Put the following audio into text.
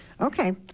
okay